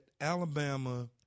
Alabama